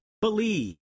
believe